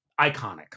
Iconic